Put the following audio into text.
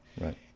Right